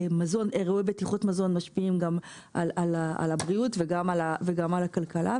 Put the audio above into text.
בטיחות מזון משפיעים גם על הבריאות וגם על הכלכלה,